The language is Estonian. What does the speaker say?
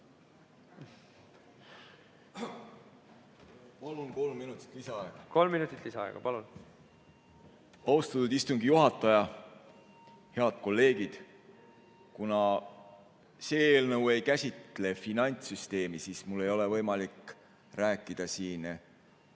Kolm minutit lisaaega, palun! Kolm minutit lisaaega, palun! Austatud istungi juhataja! Head kolleegid! Kuna see eelnõu ei käsitle finantssüsteemi, siis mul ei ole võimalik rääkida siin